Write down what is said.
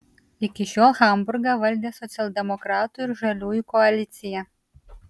iki šiol hamburgą valdė socialdemokratų ir žaliųjų koalicija